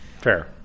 Fair